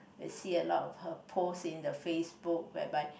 you see a lot of her post in the FaceBook whereby